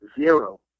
zero